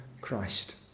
Christ